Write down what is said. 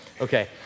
Okay